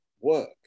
work